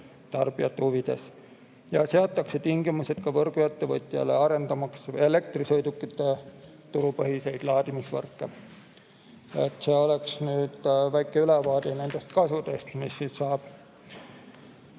tarbijate huvides. Eelnõuga seatakse ka tingimused võrguettevõtjale arendamaks elektrisõidukite turupõhiseid laadimisvõrke. See oleks väike ülevaade nendest kasudest, mis siit